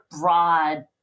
broad